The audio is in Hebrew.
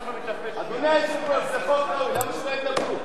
אדוני היושב-ראש, זה חוק ראוי, למה שלא ידברו?